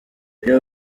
iyo